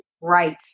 right